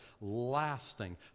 lasting